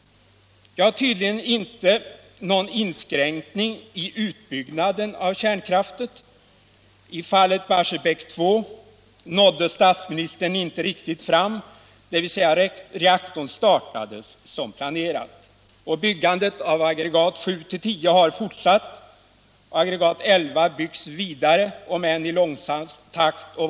Tydligen inte någon inskränkning i utbyggnaden av kärnkraften. I fallet Barsebäck 2 nådde statsministern inte riktigt fram, dvs. reaktorn startades som planerat. Byggandet av aggregaten 7-10 har fortsatt, aggregat 11 byggs vidare — om än i långsammare takt.